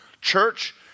Church